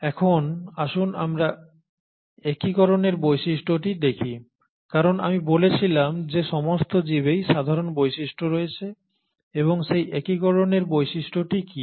এখন আসুন আমরা একীকরণের বৈশিষ্ট্যটি দেখি কারণ আমি বলেছিলাম যে সমস্ত জীবেই সাধারণ বৈশিষ্ট্য রয়েছে এবং সেই একীকরণের বৈশিষ্ট্যগুলি কী